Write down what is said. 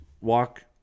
walk